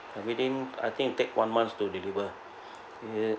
and within I think it take one month to deliver it